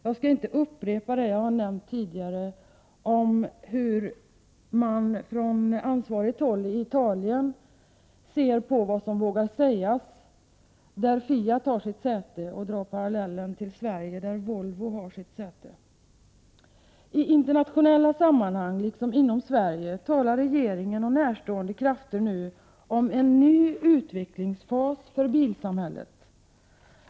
Jag skall inte upprepa det som jag tidigare har nämnt om hur man på ansvarigt håll i Italien ser på vad som vågar sägas där Fiat har sitt säte och dra parallellen med Sverige där Volvo har sitt säte. I internationella sammanhang, liksom i Sverige, talar regeringen och närstående krafter nu om en ny utvecklingsfas för bilsamhället.